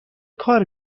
کار